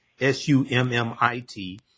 S-U-M-M-I-T